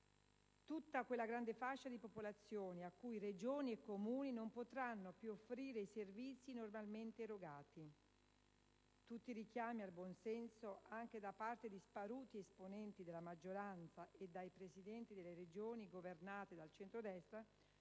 tutta quella grande fascia di popolazione a cui Regioni e Comuni non potranno più offrire i servizi normalmente erogati. Tutti i richiami al buon senso, anche da parte di sparuti esponenti della maggioranza e dai Presidenti delle Regioni governate dal centrodestra,